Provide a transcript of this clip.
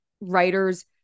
writers